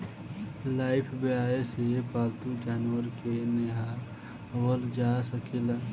Lifebuoy से पाल्तू जानवर के नेहावल जा सकेला